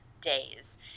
days